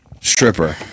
stripper